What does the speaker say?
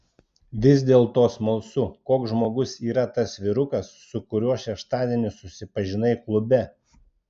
vis dėlto smalsu koks žmogus yra tas vyrukas su kuriuo šeštadienį susipažinai klube